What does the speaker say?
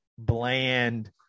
Bland